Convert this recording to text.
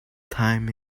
time